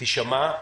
תישמע.